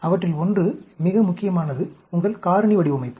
அவற்றில் ஒன்று மிக முக்கியமானது உங்கள் காரணி வடிவமைப்பு